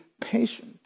patient